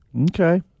Okay